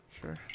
Sure